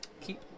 keep